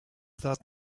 that